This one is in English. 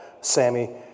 Sammy